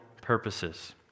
purposes